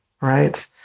right